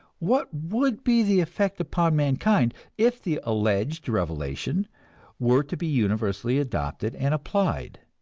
what would be the effect upon mankind if the alleged revelation were to be universally adopted and applied?